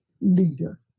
leader